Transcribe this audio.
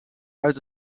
uit